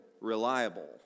reliable